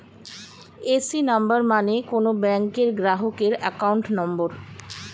AC number মানে কোন ব্যাংকের গ্রাহকের অ্যাকাউন্ট নম্বর